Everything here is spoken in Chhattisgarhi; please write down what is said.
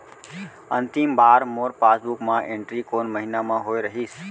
अंतिम बार मोर पासबुक मा एंट्री कोन महीना म होय रहिस?